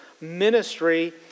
ministry